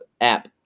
app